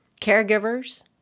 caregivers